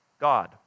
God